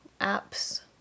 apps